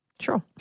Sure